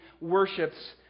worships